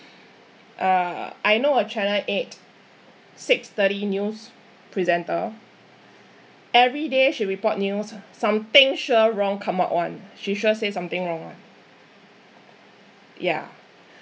uh I know a channel eight six thirty news presenter every day she report news something sure wrong come out [one] she sure say something wrong [one] yeah